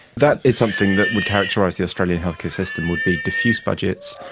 that is something that would characterise the australian healthcare system, would be diffuse budgets,